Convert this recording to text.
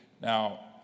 Now